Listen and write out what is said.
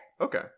Okay